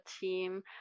team